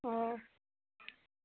ও